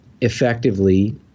effectively